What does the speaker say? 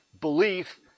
belief